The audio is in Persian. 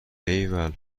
ایول